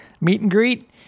meet-and-greet